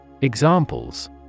Examples